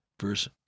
verse